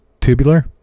tubular